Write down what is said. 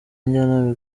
njyanama